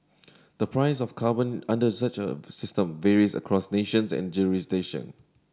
the price of carbon under such a system varies across nations and jurisdiction